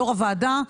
יושב-ראש הוועדה,